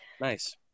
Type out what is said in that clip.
nice